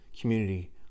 community